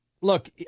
Look